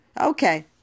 Okay